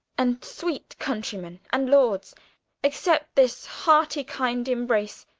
and sweet countreymen and lords accept this heartie kind embrace.